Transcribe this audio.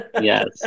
yes